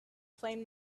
flame